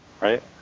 right